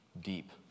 deep